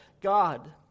God